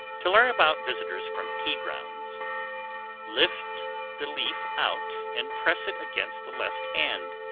to learn about visitors from tea-grounds lift the leaf out and press it against the left hand,